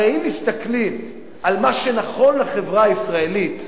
הרי אם מסתכלים על מה שנכון לחברה הישראלית,